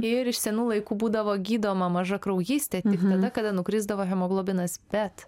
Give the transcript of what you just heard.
ir iš senų laikų būdavo gydoma mažakraujystė tik tada kada nukrisdavo hemoglobinas bet